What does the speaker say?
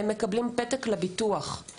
הם מקבלים פתק לביטוח,